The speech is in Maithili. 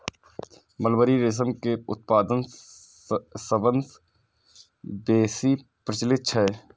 मलबरी रेशम के उत्पादन सबसं बेसी प्रचलित छै